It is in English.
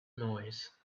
noise